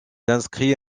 inscrit